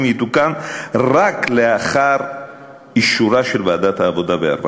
יתוקן רק לאחר אישור ועדת העבודה והרווחה.